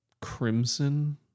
Crimson